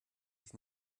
sich